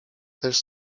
też